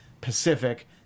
Pacific